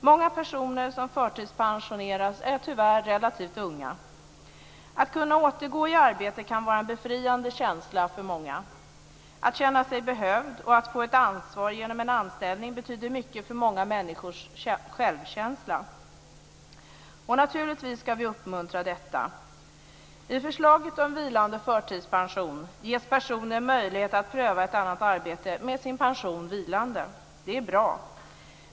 Många personer som förtidspensioneras är tyvärr relativt unga. Att kunna återgå i arbete kan vara en befriande känsla för många. Att känna sig behövd och få ett ansvar genom en anställning betyder mycket för många människors självkänsla. Det ska vi naturligtvis uppmuntra. I förslaget om vilande förtidspension ges personer möjlighet att pröva ett annat arbete med sin pension vilande. Det är bra.